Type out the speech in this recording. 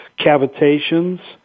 cavitations